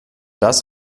das